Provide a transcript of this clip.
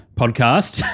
podcast